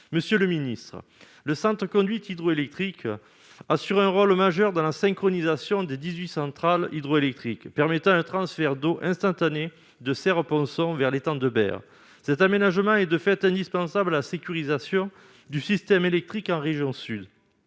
monsieur le ministre, le Centre conduite hydroélectrique, assure un rôle majeur dans la synchronisation des 18 centrales hydroélectriques permettant un transfert d'eau instantané de ces repensant vers l'étang de Berre cet aménagement et, de fait, indispensable, la sécurisation du système électrique région sud